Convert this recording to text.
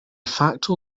facto